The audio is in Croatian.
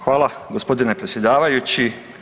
Hvala gospodine predsjedavajući.